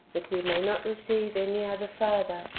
that we may not receive any other father,